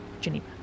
Geneva